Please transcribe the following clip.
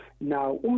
Now